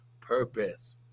purpose